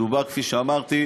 מדובר, כפי שאמרתי,